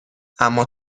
اما